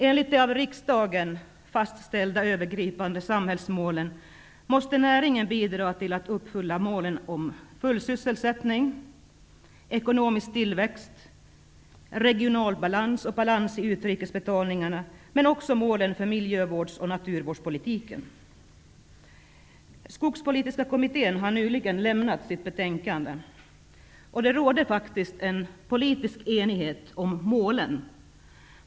Enligt de av riksdagen fastställda övergripande samhällsmålen måste näringen bidra till att uppfylla målen om full sysselsättnig, ekonomisk tillväxt, en regional balans och balans i utrikesbetalningarna, men man måste också uppfylla målen för miljövårds och naturvårdspolitiken. Skogspolitiska kommittén har nyligen lämnat sitt betänkande. Det råder faktiskt politisk enighet om målen.